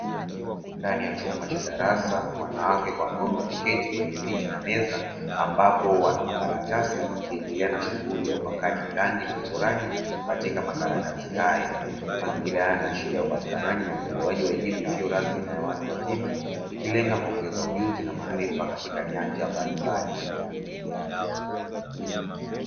Ndani ya chumba cha darasa, wanawake kwa wanaume wameketi kwenye viti na meza, wakiwa na makaratasi wakiendelea na shughuli ya upakaji rangi na uchoraji katika makaratasi hayo; mazingira haya yanawakilisha upatikanaji na utolewaji wa elimu isiyo rasmi kwa watu wazima, ikilenga kuongeza ujuzi na maarifa katika nyanja mbalimbali.